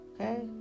Okay